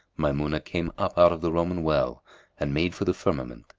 maymunah came up out of the roman well and made for the firmament,